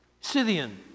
Scythian